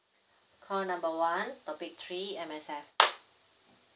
call number one topic three M_S_F